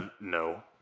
no